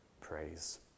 praise